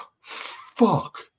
Fuck